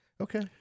Okay